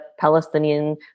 Palestinian